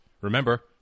Remember